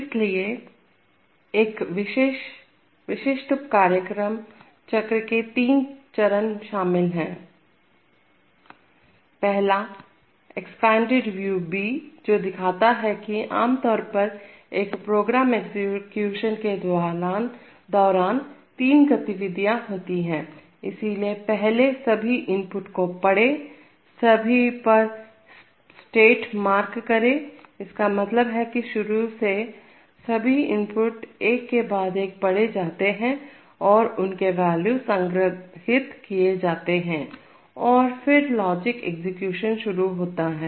इसलिए एक विशिष्ट कार्यक्रम चक्र में तीन चरण शामिल हैं पहला हैएक्सपेंडेड व्यू B जो दिखाता है कि आमतौर पर एक प्रोग्राम एग्जीक्यूशन के दौरान 3 गतिविधियां होती हैं इसीलिए पहले सभी इनपुट को पढ़ें सभी पर स्ट्रेस मार्क करें इसका मतलब है कि शुरू में सभी इनपुट एक के बाद एक पढ़े जाते हैं और उनके वैल्यू संग्रहित किए जाते हैं और फिर लॉजिक एग्जीक्यूशन शुरू होता है